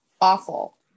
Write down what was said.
awful